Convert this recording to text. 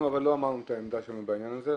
אבל אנחנו לא אמרנו את העמדה שלנו בעניין הזה,